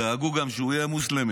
דאגו גם שהוא יהיה מוסלמי,